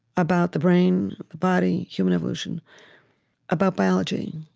about the brain, the body, human evolution about biology,